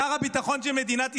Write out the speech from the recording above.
שר הביטחון של מדינת ישראל,